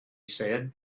said